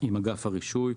עם אגף הרישוי.